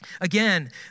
Again